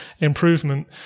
improvement